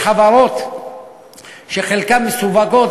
יש חברות שחלקן מסווגות,